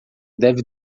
deve